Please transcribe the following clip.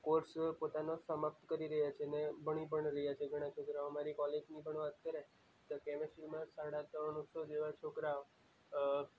course પોતાનો સમાપ્ત કરી રહ્યાં છે અને ભણી પણ રહ્યાં છે ઘણા છોકરાઓ અમારી કોલેજની પણ વાત કરીએ તો કેમેસ્ટ્રીમાં સાડા ત્રણસો જેવાં છોકરા